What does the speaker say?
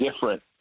different